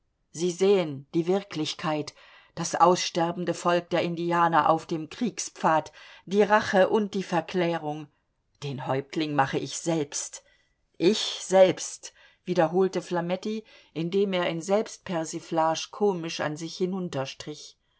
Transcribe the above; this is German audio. sie sehen die wirklichkeit das aussterbende volk der indianer auf dem kriegspfad die rache und die verklärung den häuptling mache ich selbst ich selbst wiederholte flametti indem er in selbstpersiflage komisch an sich